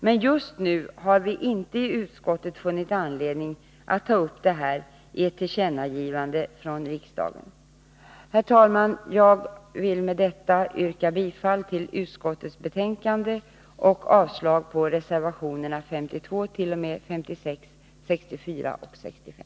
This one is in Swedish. Men just nu har vi i utskottet inte funnit anledning att ta upp det här i ett tillkännagivande från riksdagen. Herr talman! Med detta yrkar jag bifall till utskottets hemställan och avslag på reservationerna 52 — 56, 64 och 65.